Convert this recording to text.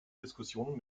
diskussionen